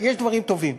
יש דברים טובים,